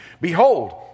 behold